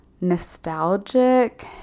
nostalgic